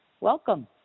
Welcome